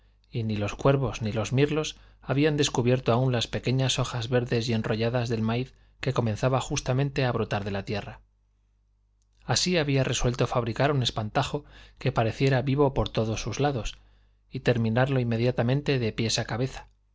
y ni los cuervos ni los mirlos habían descubierto aún las pequeñas hojas verdes y enrolladas del maíz que comenzaba justamente a brotar de la tierra así había resuelto fabricar un espantajo que pareciera vivo por todos sus lados y terminarlo inmediatamente de pies a cabeza